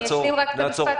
אני אשלים רק את המשפט,